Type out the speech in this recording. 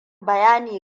bayani